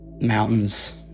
mountains